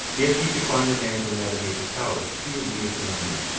if he could find a man to navigate the cowrie he would leave us in a minute.